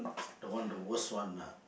the one the worst one ah